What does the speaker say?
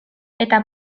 eta